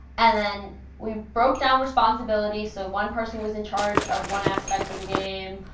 and then we broke down responsibility. so one person was in charge of one aspect the game.